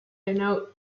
denote